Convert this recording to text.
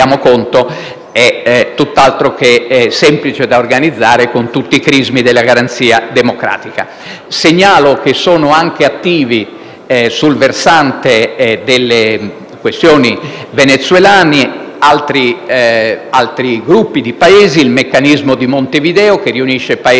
Segnalo che sono anche attivi, sul versante delle questioni venezuelane, altri gruppi di Paesi: il Meccanismo di Montevideo, che riunisce Paesi